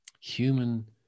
Human